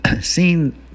Seeing